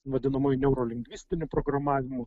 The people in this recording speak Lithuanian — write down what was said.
vadinamuoju niaurolingvistiniu programavimu